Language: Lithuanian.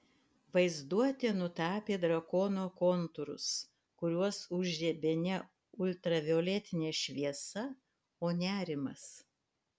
vaizduotė nutapė drakono kontūrus kuriuos užžiebė ne ultravioletinė šviesa o nerimas